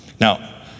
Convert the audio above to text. Now